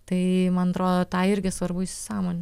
tai man atrodo tą irgi svarbu įsisąmonint